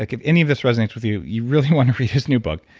like if any of this resonates with you, you really want to read his new book.